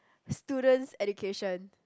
students education